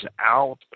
out